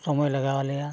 ᱥᱚᱢᱚᱭ ᱞᱟᱜᱟᱣ ᱞᱮᱭᱟ